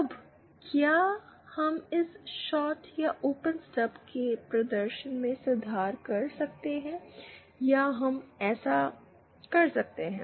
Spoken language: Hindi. अब क्या हम इस शॉर्ट या ओपन स्टब के प्रदर्शन में सुधार कर सकते हैं क्या हम ऐसा कर सकते हैं